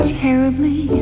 terribly